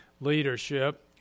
leadership